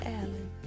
Ellen